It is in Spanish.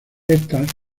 estas